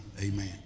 Amen